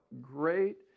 great